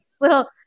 Little